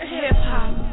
hip-hop